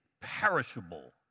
perishable